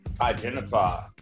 identify